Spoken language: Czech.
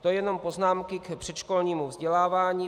To jenom poznámky k předškolnímu vzdělávání.